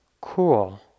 cool